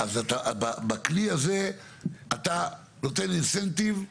בכלי הזה אתה נותן לי אינסנטיב (תמריץ)